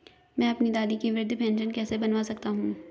मैं अपनी दादी की वृद्ध पेंशन कैसे बनवा सकता हूँ?